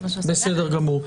בסדר גמור,